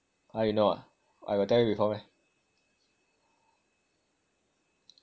!huh! you know ah I got tell you before meh